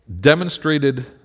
demonstrated